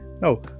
no